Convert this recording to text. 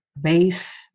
base